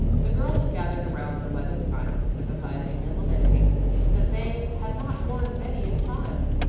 the girls had gathered around them by this time, sympathizing and lamenting that they had not warned betty in time.